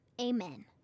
amen